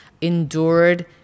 endured